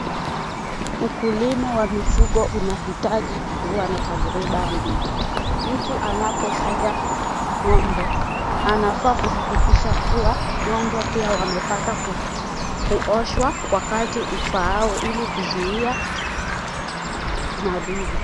Ukulima wa mifugo unahitaji kuwa na tajriba nyingi. Mtu anapofuga ng'ombe, anafaa kuhakikisha kuwa ng'ombe pia wamepata kuoshwa wakati ufaao ili kuzuia madudu.